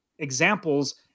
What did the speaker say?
examples